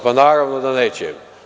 Pa naravno da neće.